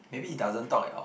maybe he doesn't talk at all